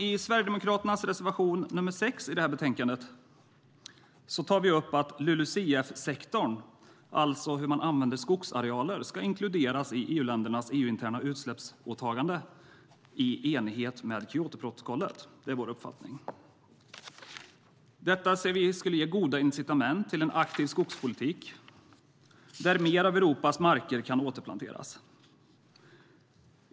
I Sverigedemokraternas reservation nr 6 i detta betänkande tar vi upp att LULUCF-sektorn, alltså hur man använder skogsarealer, ska inkluderas i EU-ländernas EU-interna utsläppsåtagande i enighet med Kyotoprotokollet. Det är vår uppfattning. Detta ser vi skulle ge goda incitament till en aktiv skogspolitik där mer av Europas marker kan återplanteras.